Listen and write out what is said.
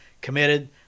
committed